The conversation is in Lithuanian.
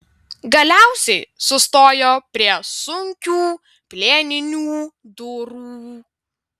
galiausiai sustojo prie sunkių plieninių durų